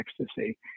ecstasy